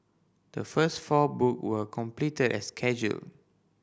the first four book were completed as scheduled